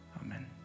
amen